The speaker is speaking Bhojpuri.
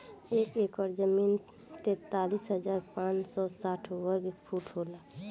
एक एकड़ जमीन तैंतालीस हजार पांच सौ साठ वर्ग फुट होला